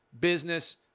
business